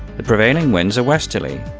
the prevailing winds are westerly,